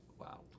Wow